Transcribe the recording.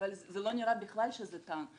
זה לא נראה בכלל שזה תן.